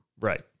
right